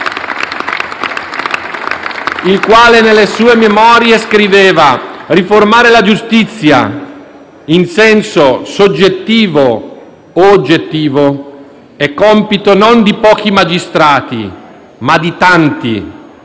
Egli nelle sue memorie scriveva che riformare la giustizia in senso soggettivo o oggettivo è compito non di pochi magistrati, ma di tanti,